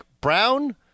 brown